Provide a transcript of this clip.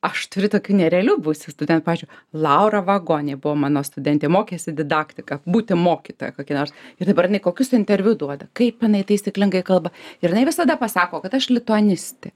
aš turiu tokių nerealių buvusių studentų pavyzdžiui laura vagonė buvo mano studentė mokėsi didaktiką būti mokytoja kokia nors ir dabar jinai kokius interviu duoda kaip jinai taisyklingai kalba ir jinai visada pasako kad aš lituanistė